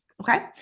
Okay